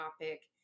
topic